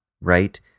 right